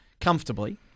comfortably